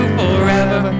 forever